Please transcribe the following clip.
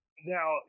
Now